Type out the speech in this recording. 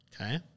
Okay